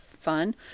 fun